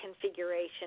configuration